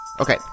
Okay